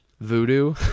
Voodoo